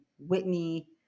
whitney